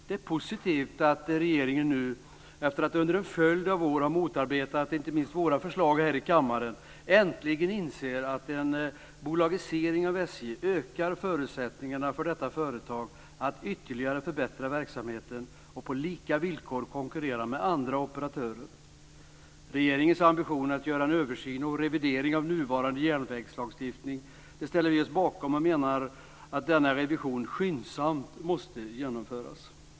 Det är positivt att regeringen nu, efter att under en följd av år ha motarbetat inte minst våra förslag här i kammaren, äntligen inser att en bolagisering av SJ ökar förutsättningarna för detta företag att ytterligare förbättra verksamheten och på lika villkor konkurrera med andra operatörer. Regeringens ambition att göra en översyn och revidering av nuvarande järnvägslagstiftning ställer vi oss bakom, och vi menar att denna revision skyndsamt måste genomföras.